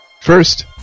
first